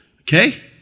okay